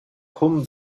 home